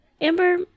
Amber